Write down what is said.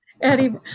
Eddie